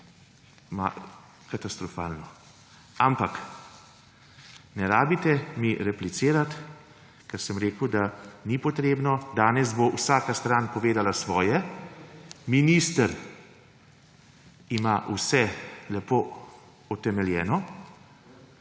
katastrofalno. Ampak ne rabite mi replicirati, ker sem rekel, da ni potrebno. Danes bo vsaka stran povedala svoje. Minister ima vse lepo utemeljeno.